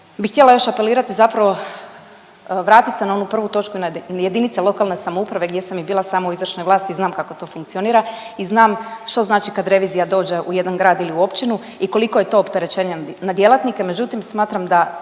bih htjela još apelirati zapravo vratit se na onu prvu točku, na JLS gdje sam i bila sama u izvršnoj vlasti i znam kako to funkcionira i znam što znači kad revizija dođe u jedan grad ili u općinu i koliko je to opterećenje na djelatnike,